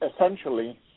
essentially